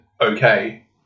okay